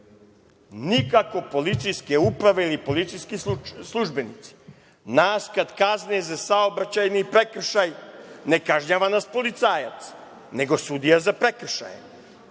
nikako policijske uprave ili policijski službenici. Nas kad kazne za saobraćajni prekršaj, ne kažnjava nas policajac, nego sudija za prekršaje.